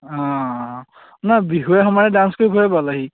অঁ নাই বিহুৱে সমাৰে ডান্স কৰি